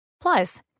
Plus